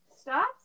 Stop